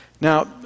Now